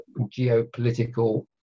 geopolitical